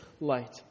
light